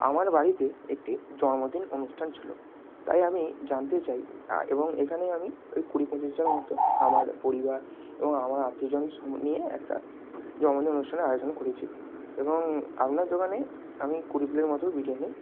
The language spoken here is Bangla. আমার বাড়িতে একটি জন্মদিন অনুষ্ঠান ছিল তাই আমি জানতে চাই এবং এখানেই আমি ওই কুড়ি পঁচিশজনের মতো আমার পরিবার এবং আমার আত্মীয়স্বজন সব নিয়ে একটা জন্মদিন অনুষ্ঠানের আয়োজন করেছি এবং আপনার দোকানে আমি কুড়ি প্লেট মতো বিরিয়ানি